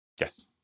Yes